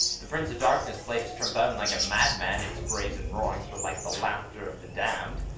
the prince of darkness played his trombone like a madman its brazen roarings were like the laughter of the damned.